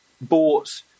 bought